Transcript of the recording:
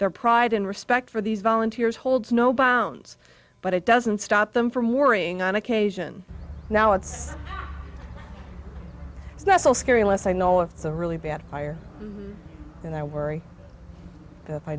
their pride and respect for these volunteers holds no bounds but it doesn't stop them from worrying on occasion now it's not so scary unless i know it's a really bad fire and i worry